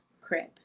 crib